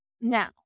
Now